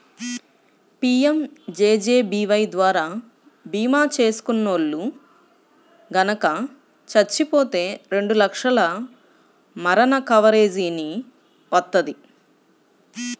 PMJJBY ద్వారా భీమా చేసుకున్నోల్లు గనక చచ్చిపోతే రెండు లక్షల మరణ కవరేజీని వత్తది